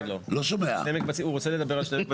הוא רוצה לדבר על שני מקבצים.